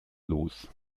los